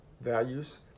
values